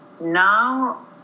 now